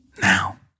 Now